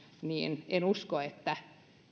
niin en usko että